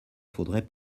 faudrait